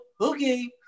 okay